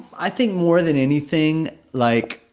i think more than anything, like,